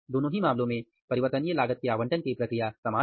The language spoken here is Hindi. दोनों ही मामलों में परिवर्तनीय लागत के आवंटन की प्रक्रिया समान है